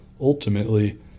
Ultimately